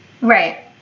Right